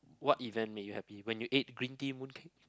what event made you happy when you ate green tea mooncake